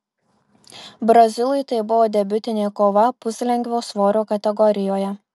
brazilui tai buvo debiutinė kova puslengvio svorio kategorijoje